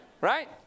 right